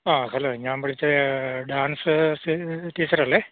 ആ ഹലോ ഞാൻ വിളിച്ചത് ഡാൻസേഴ്സ് ടീച്ചറല്ലേ